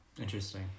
Interesting